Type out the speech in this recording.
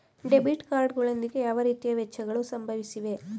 Debit card ಗಳೊಂದಿಗೆ ಯಾವ ರೀತಿಯ ವೆಚ್ಚಗಳು ಸಂಬಂಧಿಸಿವೆ?